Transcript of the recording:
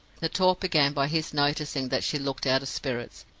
the talk began by his noticing that she looked out of spirits,